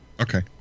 Okay